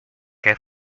què